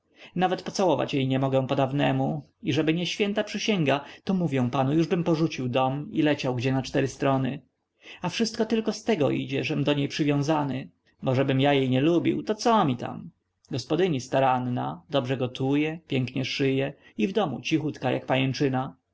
nawet pocałować jej nie mogę podawnemu i żeby nie święta przysięga to mówię panu jużbym porzucił dom i leciał gdzie na cztery strony a wszystko tylko z tego idzie żem do niej przywiązały bo żebym ja jej nie lubił to co mi tam gospodyni staranna dobrze gotuje pięknie szyje i w domu cichutka jak